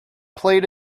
played